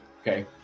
Okay